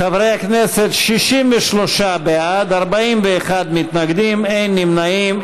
חברי הכנסת, 63 בעד, 41 מתנגדים, אין נמנעים.